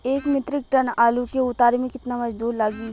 एक metric ton आलू के उतारे मे कितना मजदूर लागि?